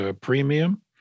premium